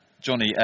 Johnny